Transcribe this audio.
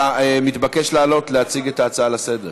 אתה מתבקש לעלות להציג את ההצעה לסדר-היום.